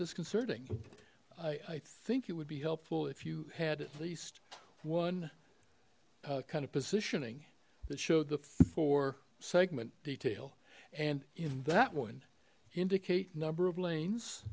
disconcerting i i think it would be helpful if you had at least one kind of positioning that showed the four segment detail and in that one indicate number of lanes